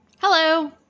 Hello